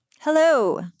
Hello